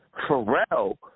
Pharrell